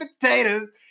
potatoes